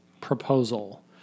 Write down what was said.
proposal